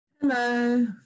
Hello